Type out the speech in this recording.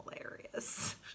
hilarious